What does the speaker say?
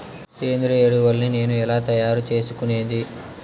సేంద్రియ ఎరువులని నేను ఎలా తయారు చేసుకునేది?